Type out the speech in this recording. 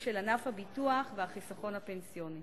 או של ענף הביטוח והחיסכון הפנסיוני.